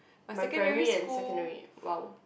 my primary and secondary !wow!